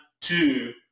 Two